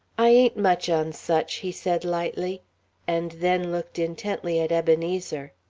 i ain't much on such, he said lightly and then looked intently at ebenezer.